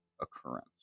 occurrence